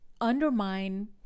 undermine